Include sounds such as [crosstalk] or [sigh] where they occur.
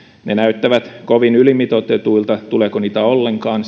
näyttävät kovin ylimitoitetuilta sitä tuleeko niitä ollenkaan [unintelligible]